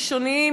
ראשוניים,